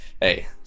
hey